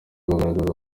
bagaragaza